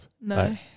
No